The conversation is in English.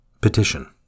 Petition